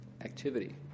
activity